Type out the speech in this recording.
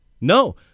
No